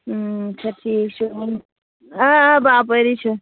اَچھا ٹھیٖک چھُ آ آ باپٲری چھِ